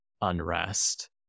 unrest